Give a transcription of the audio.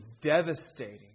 devastating